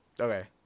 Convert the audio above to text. Okay